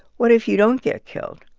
what if you don't get killed?